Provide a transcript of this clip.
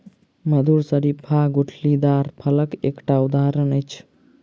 मधुर शरीफा गुठलीदार फलक एकटा उदहारण अछि